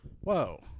Whoa